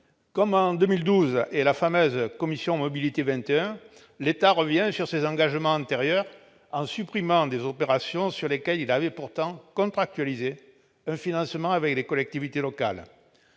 Comme en 2012 et la fameuse commission Mobilité 21, l'État revient sur ses engagements en supprimant des opérations pour lesquelles il avait pourtant contractualisé un financement avec les collectivités locales.